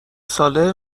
ساله